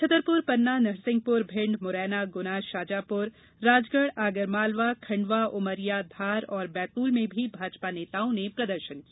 छतरपुर पन्ना नरसिंहपुर भिण्ड मुरैना गना शाजापुर राजगढ आगरमालवा खंडवा उमरिया धार और बैतूल में भी भाजपा नेताओं ने प्रदर्शन किया